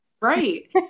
Right